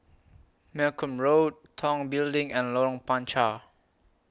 Malcolm Road Tong Building and Lorong Panchar